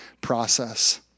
process